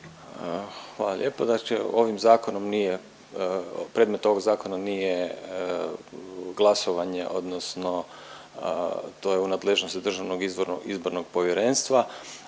Hvala lijepo, znači ovim zakonom nije, predmet ovog zakona nije glasovanje odnosno to je u nadležnosti Državnog izbornog povjerenstva,